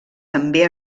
també